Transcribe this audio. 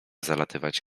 zalatywać